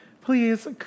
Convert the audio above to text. Please